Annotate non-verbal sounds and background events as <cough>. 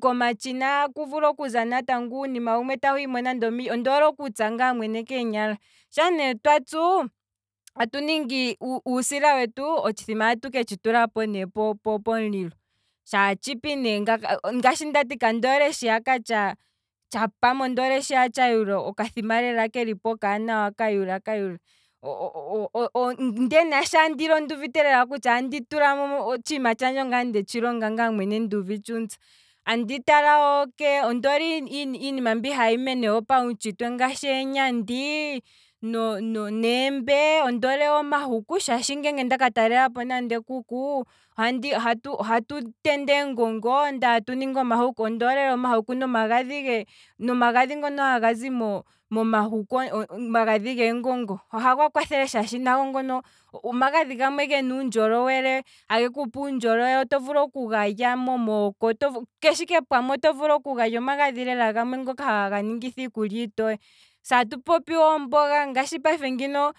komatshina aku vulu okuza nuunima, ondoole okutsa ngaa mwene keenyala, shaa ne twatsu atu ningi uusila wetu, otshithima atu ketshi tulapo nee po- pomulilo, shaa tshipi ne ngano, ngaashi ndati kandoole shiya ka tsha tshapama ondoole shiya tsha yula, okathima lela kelipo okaanawa ka yula ka yula, <hesitation> ndee nashi andili, onduuvite lela ondi tulamo lela otshiima tshandje ongaye mwene ndetshi longa nduuvite iintsa, andi talawo kee, ondoole iinima mbi hayi mene yo yene pautshitwe ngaashi eenyandi, neembe. ondo hole wo omahuku, shaashi nge ndaka ta lelapo kuku, ohatu tende eengongo ndee atu ningi omahuku, ondoole lela omahuku, omagadhi ngono haga zi mo- momahuku omagadhi geengongo, ohaga kwathele shaashi nago omagadhi gamwe gena uundjolowele, age kupe uundjolowele, oto vulu okulya mo mooka, keshe ike pamwe, omagadhi lela gamwe haga ningitha iikulya iitowe, se atu popi wo omboga, ngaashi payife ngino